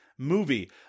movie